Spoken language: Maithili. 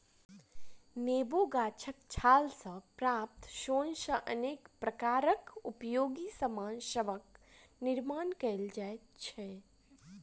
नेबो गाछक छाल सॅ प्राप्त सोन सॅ अनेक प्रकारक उपयोगी सामान सभक निर्मान कयल जाइत छै